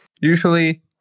usually